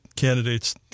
candidates